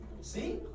See